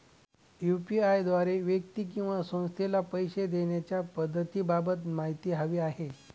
UPI द्वारे व्यक्ती किंवा संस्थेला पैसे देण्याच्या पद्धतींबाबत माहिती हवी आहे